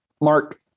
Mark